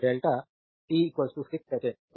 तो delta t 6 second